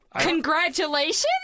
congratulations